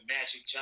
Magic